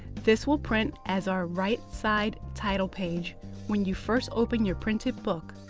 this will print as our right-side title page when you first open your printed book.